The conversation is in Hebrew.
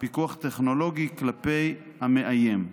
פיקוח טכנולוגי כלפי המאיים.